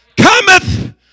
cometh